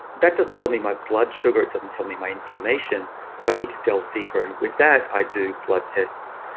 that doesn't tell me my blood sugar. it doesn't tell me my inflammation so i need to delve deeper. and with that, i do blood tests,